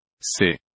c'est